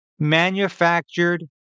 manufactured